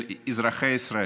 של אזרחי ישראל,